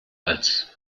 als